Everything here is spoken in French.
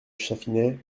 chatfinet